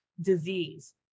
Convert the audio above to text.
disease